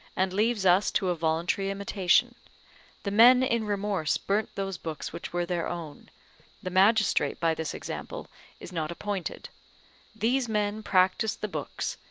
and leaves us to a voluntary imitation the men in remorse burnt those books which were their own the magistrate by this example is not appointed these men practised the books,